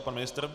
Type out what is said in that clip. Pan ministr?